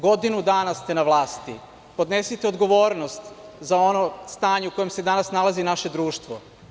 Godinu dana ste na vlasti, podnesite odgovornost za ono stanje u kome se danas nalazi naše društvo.